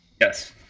Yes